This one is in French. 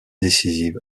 décisive